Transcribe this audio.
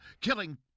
killing